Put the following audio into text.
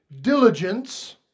Diligence